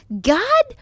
God